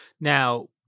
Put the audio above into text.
Now